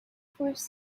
forced